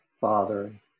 Father